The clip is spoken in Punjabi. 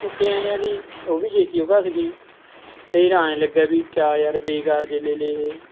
ਕੁੱਪਿਆਂ ਜਿਆਂ ਦੀ ਉਹ ਵੀ ਛੇਤੀ ਉਹ ਘੱਸ ਗਈ ਫਿਰ ਐਂ ਲੱਗਿਆ ਵੀ ਕਿਆ ਯਾਰ ਬੇਕਾਰ ਜਿਹੇ ਲੈ ਲਏ ਇਹ